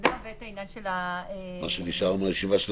ואת העניין של --- ואני גם מציע,